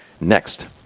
next